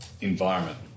environment